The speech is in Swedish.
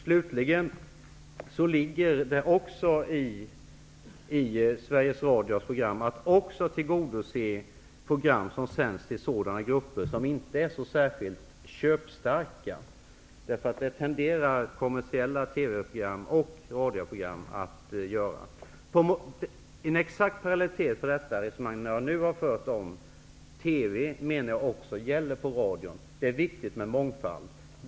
Det ligger i Sveriges Radios program att också tillgodose sådana grupper som inte är så särskilt köpstarka. Det tenderar kommersiella TV och radioprogram att inte göra. En exakt parallell till det resonemang som jag nu har fört om TV gäller även för radion. Det är viktigt med mångfald.